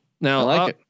Now